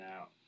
out